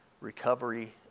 recovery